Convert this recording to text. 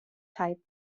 type